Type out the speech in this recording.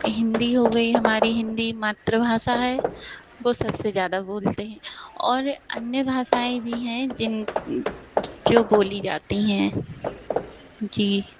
हिन्दी हो गई हमारी हिन्दी मातृभाषा है वो सबसे ज़्यादा बोलते हैं और अन्य भाषाएं भी हैं जिन जो बोली जाती हैं जी